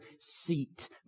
seat